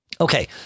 Okay